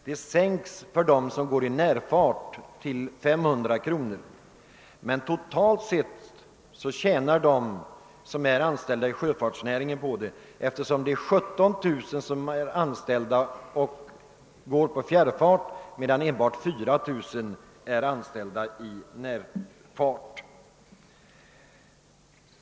Det sänks för dem som går i närfart till 500 kronor, men totalt tjänar sjöfartsnäringens anställda på ändringen, eftersom 17 000 går i fjärrfart medan enbart 4 000 går 1 närfart.